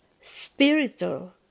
spiritual